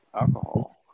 alcohol